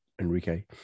Enrique